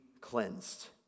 cleansed